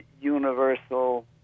universal